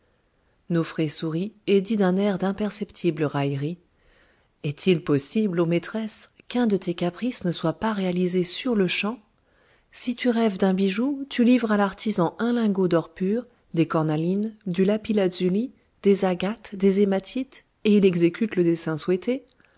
sourit et dit d'un air d'imperceptible raillerie est-il possible ô maîtresse qu'un de tes caprices ne soit par réalisé sur-le-champ si tu rêves d'un bijou tu livres à l'artisan un lingot d'or pur des cornalines du lapis-lazuli des agates des hématites et il exécute le dessin